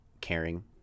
caring